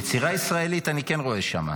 יצירה ישראלית אני כן רואה שם,